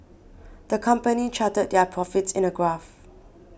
the company charted their profits in a graph